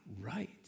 right